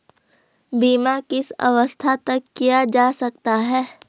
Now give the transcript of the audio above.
बीमा किस अवस्था तक किया जा सकता है?